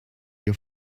your